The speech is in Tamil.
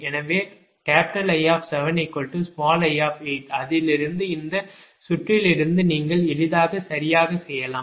எனவே I7i அதிலிருந்து இந்த சுற்றிலிருந்து நீங்கள் எளிதாகச் சரியாகச் செய்யலாம்